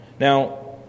Now